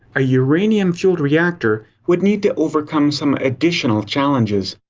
a uranium fueled reactor would need to overcome some additional challenges.